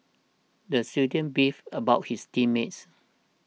the student beefed about his team mates